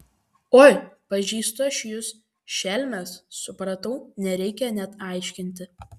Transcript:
oi pažįstu aš jus šelmes supratau nereikia net aiškinti